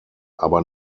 aber